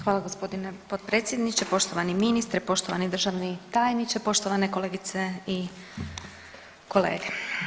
Hvala g. potpredsjedniče, poštovani ministre, poštovani državni tajniče, poštovane kolegice i kolege.